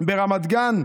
ברמת גן,